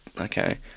Okay